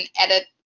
edit